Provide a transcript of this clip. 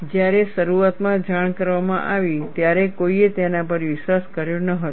જ્યારે શરૂઆતમાં જાણ કરવામાં આવી ત્યારે કોઈએ તેના પર વિશ્વાસ કર્યો ન હતો